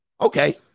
Okay